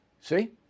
See